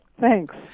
Thanks